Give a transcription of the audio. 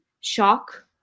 shock